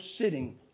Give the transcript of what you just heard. sitting